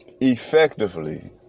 effectively